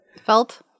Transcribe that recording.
Felt